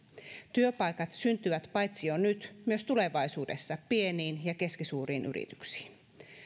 työpaikat syntyvät paitsi jo nyt myös tulevaisuudessa pieniin ja keskisuuriin yrityksiin